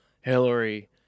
Hillary